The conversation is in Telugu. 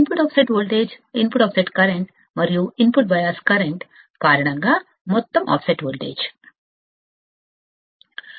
input offset voltage input offset current మరియు ఇన్పుట్ బయాస్ కరెంట్ కారణంగా మొత్తం ఆఫ్సెట్ వోల్టేజ్ వస్తుంది